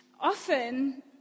Often